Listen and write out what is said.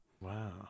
Wow